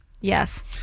Yes